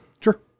Sure